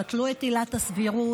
בטלו את עילת הסבירות.